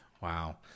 Wow